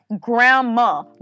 grandma